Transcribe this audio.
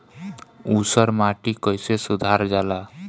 ऊसर माटी कईसे सुधार जाला?